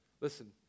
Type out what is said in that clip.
Listen